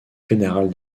fédérale